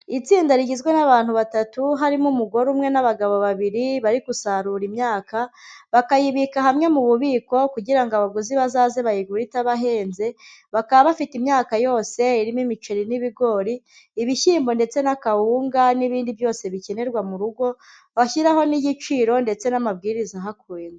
Itsinda rigizwe n'abantu batatu harimo umugore umwe n'abagabo babiri bari gusarura imyaka, bakayibika hamwe mu bubiko kugira ngo abaguzi bazaze bayigure itabahenze, bakaba bafite imyaka yose irimo imiceri n'ibigori, ibishyimbo ndetse n'akawunga n'ibindi byose bikenerwa mu rugo, bashyiraho n'igiciro ndetse n'amabwiriza ahakwiye.